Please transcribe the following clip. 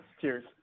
Cheers